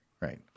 right